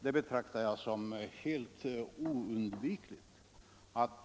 Det betraktar jag som helt oundvikligt.